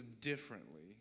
differently